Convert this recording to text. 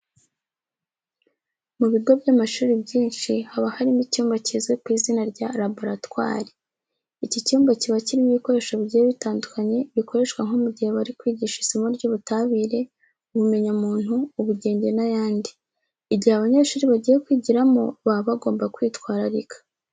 Mu bigo by'amashuri byinshi haba harimo icyumba kizwi ku izina rya laboratwari. Iki cyumba kiba kirimo ibikoresho bigiye bitandukanye bikoreshwa nko mu gihe bari kwigisha isomo ry'ubutabire, ubumenyamuntu, ubugenge n'ayandi. Igihe abanyeshuri bagiye kwigiramo, baba bagomba kwitwararika.